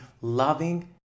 loving